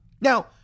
Now